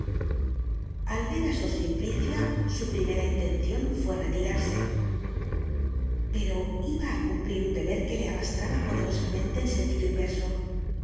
al ver á sor simplicia su primera intencion fue retirarse pero iba á cumplir un deber que le arrastraba poderosamente en sentido inverso su